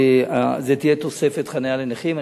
זו תהיה תוספת חנייה לנכים.